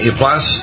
plus